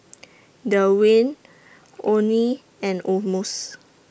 Dewayne Oney and Amos